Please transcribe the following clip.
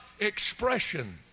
expression